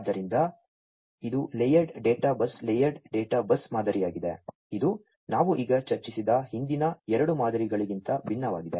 ಆದ್ದರಿಂದ ಇದು layered data bus layered data bus ಮಾದರಿಯಾಗಿದೆ ಇದು ನಾವು ಈಗ ಚರ್ಚಿಸಿದ ಹಿಂದಿನ ಎರಡು ಮಾದರಿಗಳಿಗಿಂತ ಭಿನ್ನವಾಗಿದೆ